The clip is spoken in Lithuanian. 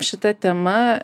šita tema